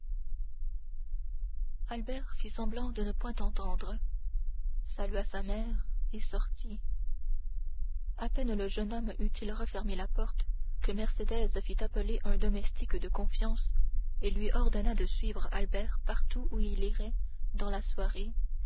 albert fit semblant de ne point entendre salua sa mère et sortit à peine le jeune homme eut-il refermé la porte que mercédès fit appeler un domestique de confiance et lui ordonna de suivre albert partout où il irait dans la soirée